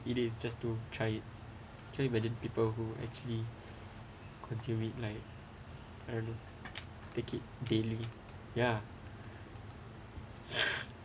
eat it is just to try it can you imagine people who actually consume it take it daily ya